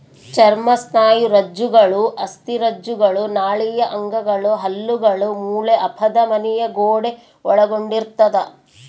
ಚರ್ಮ ಸ್ನಾಯುರಜ್ಜುಗಳು ಅಸ್ಥಿರಜ್ಜುಗಳು ನಾಳೀಯ ಅಂಗಗಳು ಹಲ್ಲುಗಳು ಮೂಳೆ ಅಪಧಮನಿಯ ಗೋಡೆ ಒಳಗೊಂಡಿರ್ತದ